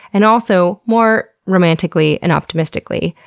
and also, more romantically and optimistically,